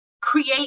create